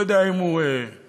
לא יודע אם הוא צודק,